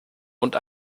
und